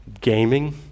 gaming